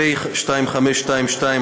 פ/2522,